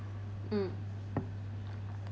mm